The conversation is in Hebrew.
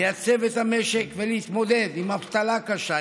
לייצב את המשק ולהתמודד עם אבטלה קשה,